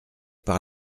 par